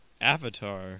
Avatar